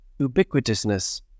ubiquitousness